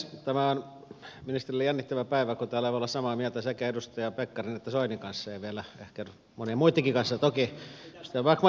tämä on ministerille jännittävä päivä kun täällä voi olla samaa mieltä sekä edustaja pekkarisen että edustaja soinin kanssa ja vielä ehkä monien muittenkin kanssa toki edustaja backmaninkin kanssa